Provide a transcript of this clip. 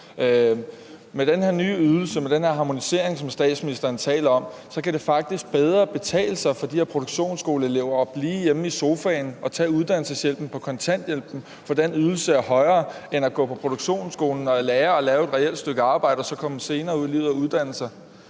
Med den her nye ydelse, med den her harmonisering, som statsministeren taler om, kan det faktisk bedre betale sig for de her produktionsskoleelever at blive hjemme i sofaen og tage uddannelseshjælpen på kontanthjælpen, for den ydelse er højere end at gå på produktionsskolen og lære at lave et reelt stykke arbejde og så senere komme ud i livet og uddanne sig.